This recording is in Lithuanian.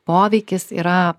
poveikis yra